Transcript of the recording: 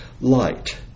light